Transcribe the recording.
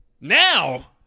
Now